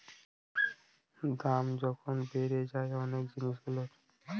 দাম যখন অনেক বেড়ে যায় জিনিসগুলোর